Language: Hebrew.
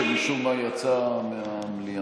שמשום מה יצא מהמליאה.